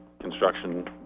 construction